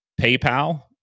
PayPal